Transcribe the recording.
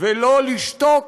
ולא לשתוק